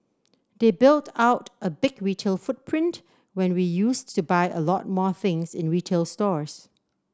they built out a big retail footprint when we used to buy a lot more things in retail stores